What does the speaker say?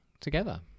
together